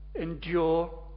endure